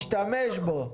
להשתמש בו.